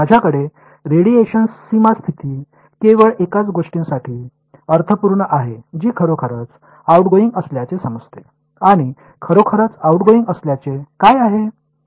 माझ्याकडे रेडिएशन सीमा स्थिती केवळ अशाच गोष्टीसाठी अर्थपूर्ण आहे जी खरोखरच आउटगोइंग असल्याचे समजते आणि खरोखरच आउटगोइंग असल्याचे काय आहे